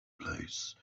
place